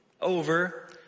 over